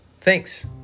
Thanks